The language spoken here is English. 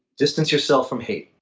distance yourself from hate.